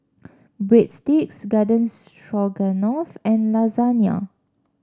Breadsticks Garden Stroganoff and Lasagna